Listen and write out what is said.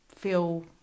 feel